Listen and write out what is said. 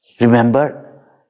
Remember